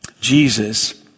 Jesus